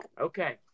Okay